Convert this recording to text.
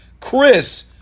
Chris